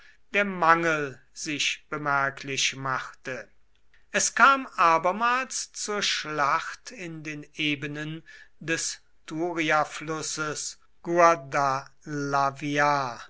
der mangel sich bemerklich machte es kam abermals zur schlacht in den ebenen des turiaflusses